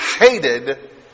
hated